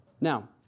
Now